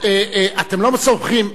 אתם לא סומכים,